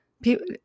people